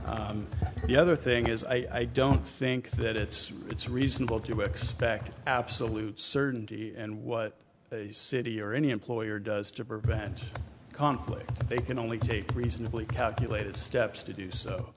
and the other thing is i don't think that it's it's reasonable to expect absolute certainty and what a city or any employer does to prevent conflict they can only take reasonably calculated steps to do